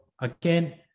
again